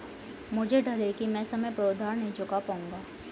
मुझे डर है कि मैं समय पर उधार नहीं चुका पाऊंगा